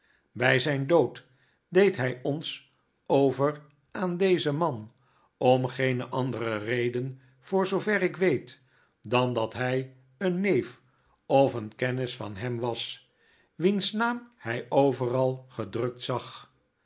bg ziyn dood deed hy ons over aan dezen man om geene andere reden voor zoover ik weet dan dat hy een neef of een kennis van hem was wiens naam hi overal gedrukt zag